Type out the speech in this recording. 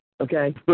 Okay